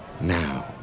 now